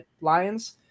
Lions